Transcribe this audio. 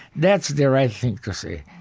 that's the right thing to say.